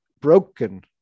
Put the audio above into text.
broken